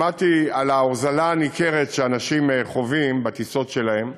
ושמעתי על ההוזלה הניכרת שאנשים חווים בטיסות שלהם,